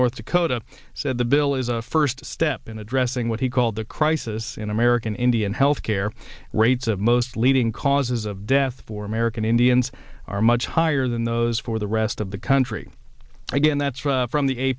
is a first step in addressing what he called the crisis in american indian health care rates of most leading causes of death for american indians are much higher than those for the rest of the country again that's right from the a